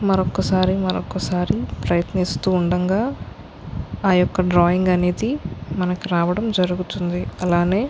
మరొక్కసారి మరొక్కసారి ప్రయత్నిస్తూ ఉండంగా ఆ యొక్క డ్రాయింగ్ అనేది మనకి రావడం జరుగుతుంది అలానే